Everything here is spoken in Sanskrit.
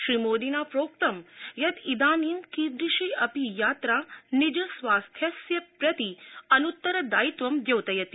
श्रीमोदिना प्रोक्त यत् इदानीं कीदृशी अपि यात्रा निज स्वास्थ्यस्य प्रति अनुत्तरदायित्वं द्योतयति